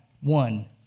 one